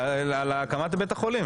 להקמת בית החולים.